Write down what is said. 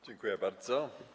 Dziękuję bardzo.